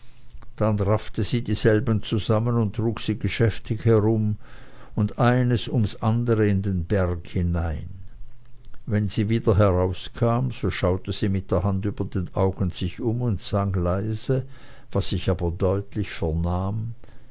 dann raffte sie dieselben zusammen und trug sie geschäftig herum und eines ums andere in den berg hinein wenn sie wieder herauskam so schaute sie mit der hand über den augen sich um und sang leise was ich aber deutlich vernahm